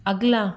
अगला